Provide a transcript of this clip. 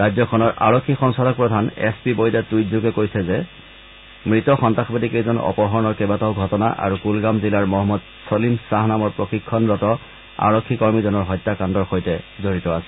ৰাজ্যখনৰ আৰক্ষী সঞ্চালক প্ৰধান এছ পি বৈদে টূইট যোগে কৈছে যে মৃত সন্তাসবাদী কেইজন অপহৰণৰ কেইবাটাও ঘটনা আৰু কুলগাম জিলাৰ মহম্মদ চলিম শ্বাহ নামৰ প্ৰশিক্ষণৰত আৰক্ষী কৰ্মীজনৰ হত্যাকাণ্ডৰ সৈতে জড়িত আছিল